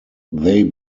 they